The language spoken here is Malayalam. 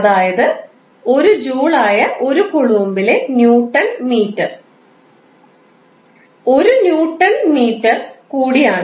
അതായത് 1ജൂൾ ആയ 1 കുളുംബിലെ ന്യൂട്ടൻ മീറ്റർ 1 ന്യൂട്ടൻ മീറ്റർ കൂടിയാണ്